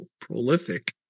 prolific